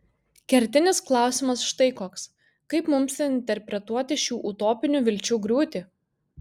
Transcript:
kertinis klausimas štai koks kaip mums interpretuoti šių utopinių vilčių griūtį